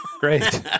great